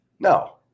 No